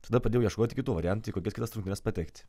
tada pradėjau ieškoti kitų variantų į kokias kitas rungtynes patekti